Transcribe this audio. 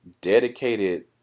dedicated